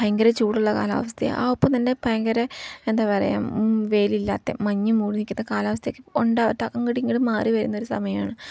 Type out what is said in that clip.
ഭയങ്കര ചൂടുള്ള കാലാവസ്ഥയാ ആ ഒപ്പം തന്നെ ഭയങ്കര എന്താ പറയുക വെയിലില്ലാത്ത മഞ്ഞ് മൂടി നിൽക്കാത്ത കാലാവസ്ഥയക്കെ ഉണ്ടാവാത്ത അങ്ങോട്ടും ഇങ്ങോട്ടും മാറി വരുന്ന ഒരു സമയമാണ്